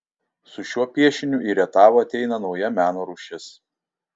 su šiuo piešiniu į rietavą ateina nauja meno rūšis